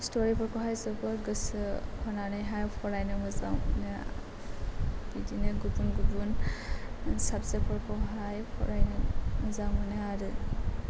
story फोरखौहाय जोबोर गोसो होनानैहाय फरायनो मोजां मोनो बिदिनो गुबुन गुबुन साबजेक्ट फोरखौहाय फरायनो मोजां मोनो आरो